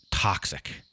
Toxic